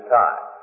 time